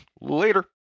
Later